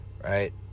Right